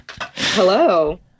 Hello